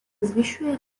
zvyšuje